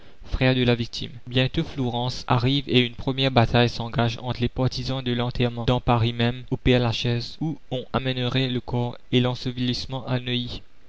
frère de la victime bientôt flourens arrive et une première bataille s'engage entre les partisans de l'enterrement dans paris même au père lachaise où on amènerait le corps et l'ensevelissement à neuilly